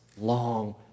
long